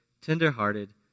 tenderhearted